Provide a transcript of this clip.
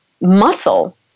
muscle